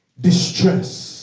distress